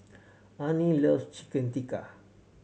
Arnie loves Chicken Tikka